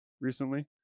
recently